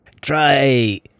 Try